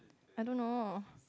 I don't know